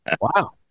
Wow